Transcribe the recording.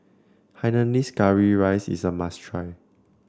Hainanese Curry Rice is a must try